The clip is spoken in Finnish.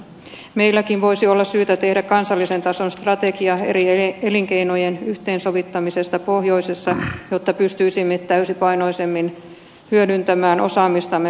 meilläkin voisi olla syytä tehdä kansallisen tason strategia eri elinkeinojen yhteensovittamisesta pohjoisessa jotta pystyisimme täysipainoisemmin hyödyntämään osaamistamme barentsin alueella